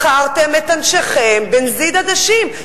מכרתם את אנשיכם בנזיד עדשים.